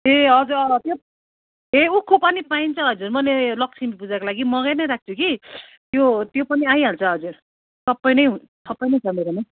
ए हजुर अँ त्यो ए उखु पनि पाइन्छ हजुर मैले लक्ष्मीपूजाको लागि मगाई नै राखेको छु कि त्यो त्यो पनि आइहाल्छ हजुर सबै नै हुन् सबै नै छ मेरोमा